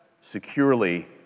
securely